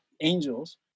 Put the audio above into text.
angels